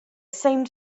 seemed